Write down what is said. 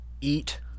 eat